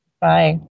Bye